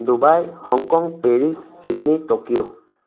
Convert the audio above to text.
Dubai Hong Kong Paris Sydney Tokyo